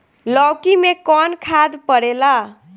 लौकी में कौन खाद पड़ेला?